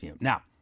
Now